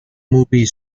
movie